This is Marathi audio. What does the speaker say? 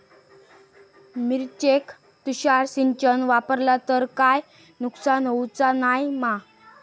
मिरचेक तुषार सिंचन वापरला तर काय नुकसान होऊचा नाय मा?